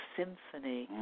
symphony